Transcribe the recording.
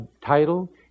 title